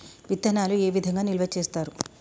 విత్తనాలు ఏ విధంగా నిల్వ చేస్తారు?